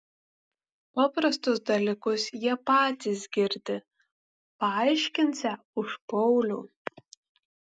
paprastus dalykus jie patys girdi paaiškinsią už paulių